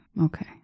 Okay